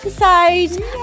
episode